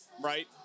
right